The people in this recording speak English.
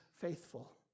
faithful